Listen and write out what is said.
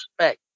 respect